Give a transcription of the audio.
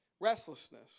Restlessness